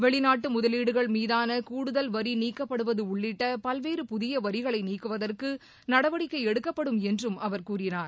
வெளிநாட்டு முதலீடுகள் மீதான கூடுதல் வரி நீக்கப்படுவது உள்ளிட்ட பல்வேறு புதிய வரிகளை நீக்குவதற்கு நடவடிக்கை எடுக்கப்படும் என்றும் அவர் கூறினார்